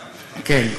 נכון, כן,